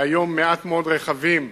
והיום מעט מאוד רכבים